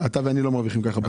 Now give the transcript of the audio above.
אתה ואני לא מרוויחים סכום כזה.